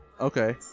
Okay